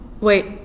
Wait